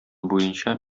буенча